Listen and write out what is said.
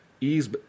ease